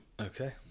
Okay